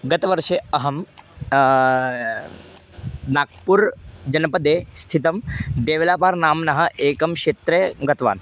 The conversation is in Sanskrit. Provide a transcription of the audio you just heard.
गतवर्षे अहं नाग्पुर् जनपदे स्थितं देवलाबार् नाम एकं क्षेत्रं गतवान्